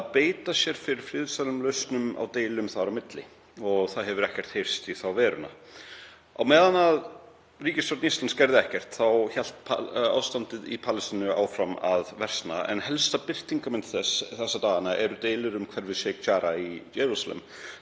að beita sér fyrir friðsamlegum lausnum á deilum þar á milli en ekkert hefur heyrst í þá veruna. Á meðan ríkisstjórn Íslands gerði ekkert hélt ástandið í Palestínu áfram að versna en helsta birtingarmynd þess þessa dagana eru deilur umhverfis Sheikh Jarrah í Jerúsalem